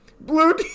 blue